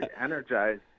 energized